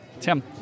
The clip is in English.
Tim